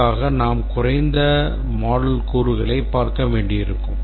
அதற்காக நாம் குறைந்த moduleக்கூறுகளைப் பார்க்க வேண்டியிருக்கும்